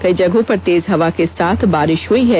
कई जगहों पर तेज हवा के साथ बारिष हुई है